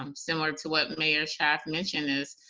um similar to what mayor schaaf mentioned is,